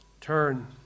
Turn